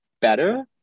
better